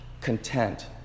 content